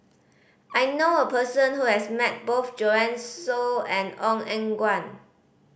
I know a person who has met both Joanne Soo and Ong Eng Guan